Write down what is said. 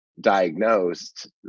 diagnosed